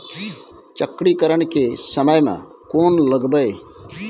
चक्रीकरन के समय में कोन लगबै?